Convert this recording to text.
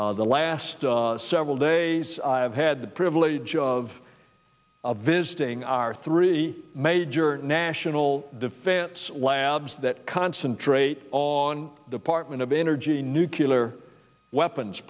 the last several days i've had the privilege of visiting our three major national defense labs that concentrate on department of energy nucular weapons